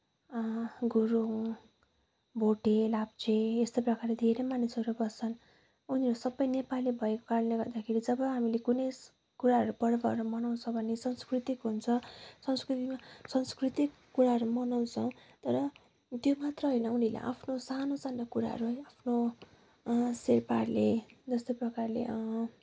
गुरुङ भोटे लाप्चे यस्तो प्रकारले धेरै मानिसहरू बस्छन् उनीहरू सबै नेपाली भएको कारणले गर्दाखेरि जब हामीले कुनै कुराहरू पर्वहरू मनाउँछौँ भने सांस्कृतिक हुन्छ संस्कृतिमा सांस्कृतिक कुराहरू मनाउँछ तर त्यो मात्र होइन उनीहरूले आफ्नो सानो सानो कुराहरू आफ्नो शेर्पाहरूले जस्तो प्रकारले